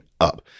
up